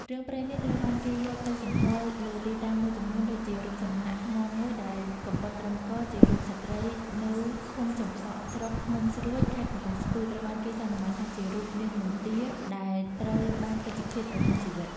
រឿងព្រេងនេះត្រូវបានគេយកទៅសម្គាល់លើទីតាំងមួយចំនួនដូចជា រូបសំណាកថ្មមួយដែលកំបុតត្រឹមក ជារូបស្ត្រីនៅឃុំចំបក់ ស្រុកភ្នំស្រួច ខេត្តកំពង់ស្ពឺ ត្រូវបានគេសន្មតថាជារូបនាងមន្ទា ដែលត្រូវបានពេជ្ឈឃាតប្រហារជីវិត។